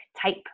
type